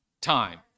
time